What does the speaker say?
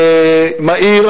מהיר,